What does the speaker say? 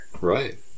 Right